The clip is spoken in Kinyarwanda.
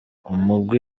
umugwi